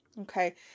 Okay